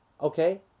okay